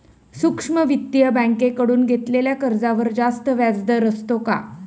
सूक्ष्म वित्तीय बँकेकडून घेतलेल्या कर्जावर जास्त व्याजदर असतो का?